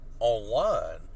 Online